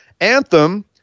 anthem